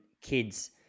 kids